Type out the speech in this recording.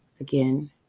again